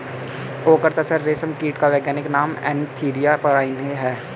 okay तसर रेशम कीट का वैज्ञानिक नाम एन्थीरिया प्राइलीन है